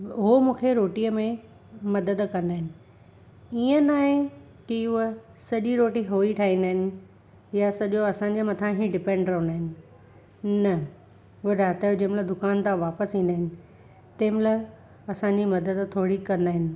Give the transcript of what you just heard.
उहो मूंखे रोटीअ में मदद कंदा आहिनि ईअं नाहे की उहा सॼी रोटी उहो ई ठाहींदा आहिनि या सॼो असांजे मथां ई डिपेंड रहंदा आहिनि न इहो राति जो जंहिंमहिल दुकान तां वापसि ईंदा आहिनि तंहिंमहिल असांजी मदद थोरी कंदा आहिनि